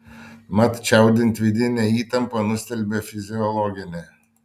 mat čiaudint vidinę įtampą nustelbia fiziologinė